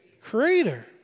creator